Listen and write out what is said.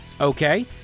Okay